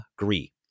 agree